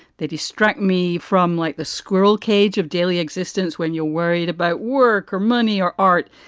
they distract me from like the squirrel cage of daily existence. when you're worried about work or money or art,